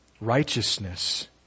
righteousness